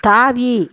தாவி